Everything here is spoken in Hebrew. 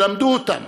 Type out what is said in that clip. למדו אותם